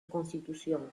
constitución